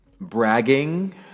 bragging